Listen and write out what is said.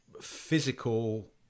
physical